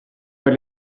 per